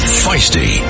Feisty